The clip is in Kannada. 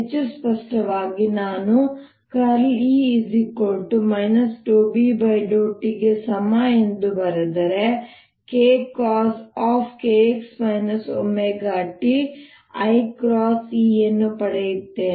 ಹೆಚ್ಚು ಸ್ಪಷ್ಟವಾಗಿ ನಾನು E ∂B∂t ಗೆ ಸಮ ಎಂದು ಬರೆದರೆ ನಾನು kcoskx ωt iE0 ಅನ್ನು ಪಡೆಯುತ್ತೇನೆ